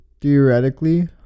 theoretically